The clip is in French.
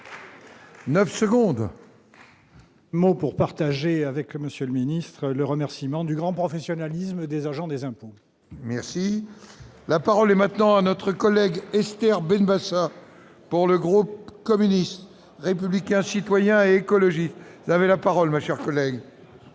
9 secondes. Mots pour partager avec monsieur le ministre, le remerciement du grand professionnalisme des agents des impôts. Merci, la parole est maintenant à notre collègue Esther Ben Basat pour le groupe communiste, républicain, citoyen, écologique avait la parole, ma chère collègue.